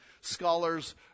scholars